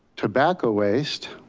tobacco waste.